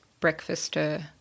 breakfaster